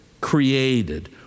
created